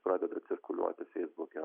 pradeda cirkuliuoti feisbuke